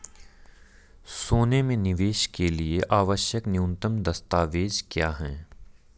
सोने में निवेश के लिए आवश्यक न्यूनतम दस्तावेज़ क्या हैं?